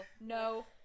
no